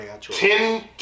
ten